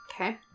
Okay